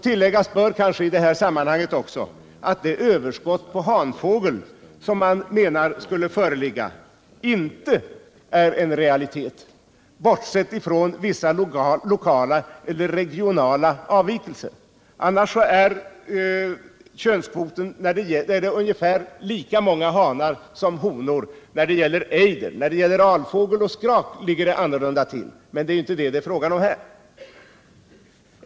Tilläggas bör kanske också i detta sammanhang att det överskott på hanfågel som man menar skulle föreligga inte är en realitet, bortsett från vissa lokala eller regionala avvikelser. Annars finns det när det gäller ejder ungefär lika många hanar som honor. Könskvoten beträffande alfågel och skrak är något annorlunda, men det är inte det som det är fråga om här.